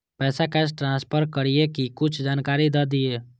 पैसा cash transfer करऐ कि कुछ जानकारी द दिअ